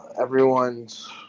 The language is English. everyone's